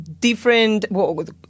Different